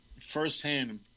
firsthand